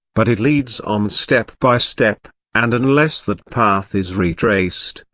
but it leads on step by step, and unless that path is retraced,